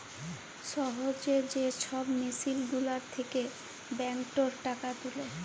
সহজে যে ছব মেসিল গুলার থ্যাকে ব্যাংকটর টাকা তুলে